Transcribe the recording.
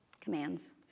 commands